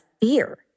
fear